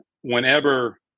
Whenever